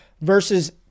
versus